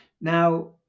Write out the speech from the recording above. Now